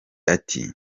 ati